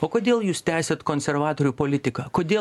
o kodėl jūs tęsiat konservatorių politiką kodėl